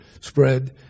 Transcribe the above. spread